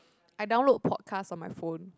I download podcast on my phone